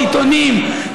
עיתונים,